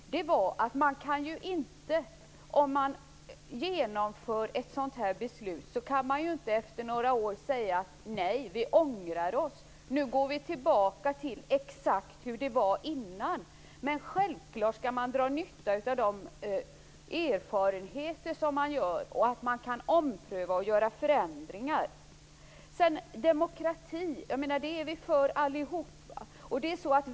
Om ett sådant beslut genomförs, kan man inte efter några år säga att man ångrar sig och skall gå tillbaka till exakt hur det var tidigare. Självklart skall man dra nytta av de erfarenheter som görs, och man kan ompröva och göra förändringar. Vi är alla för demokrati.